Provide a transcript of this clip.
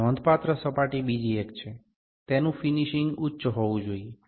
નોંધપાત્ર સપાટી બીજી એક છે તેનું ફિનીશંગ ઉચ્ચ હોવું જોઈએ